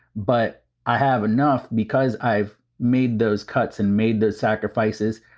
but i have enough because i've made those cuts and made the sacrifices.